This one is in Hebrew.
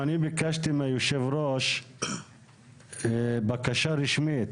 שלום, אני ביקשתי מהיושב ראש בקשה רשמית